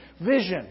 vision